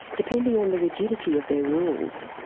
depending on the rigidity of their rules.